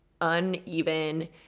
uneven